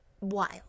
wild